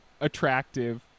attractive